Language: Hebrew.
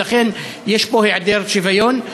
ולכן יש פה היעדר שוויון.